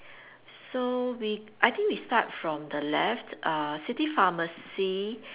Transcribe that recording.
so we I think we start from the left uh city pharmacy